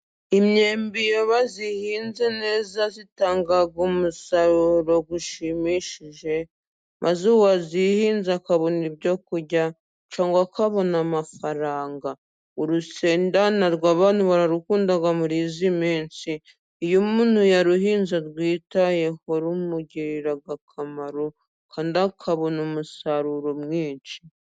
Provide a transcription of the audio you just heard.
Imyembe iyo bayihinze neza itanga umusaruro ushimishije, maze uwayizihinze akabona ibyo kurya cyangwa kabona amafaranga, urusenda narwo abantu bararukunda muriyi mitsi, iyo umuntu yaruhinze arwitayeho, rumugirira akamaro, kandi akabona umusaruro mwinshi.